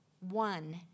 one